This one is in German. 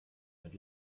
mit